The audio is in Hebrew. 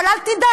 אבל אל תדאג,